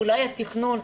ואולי התכנון,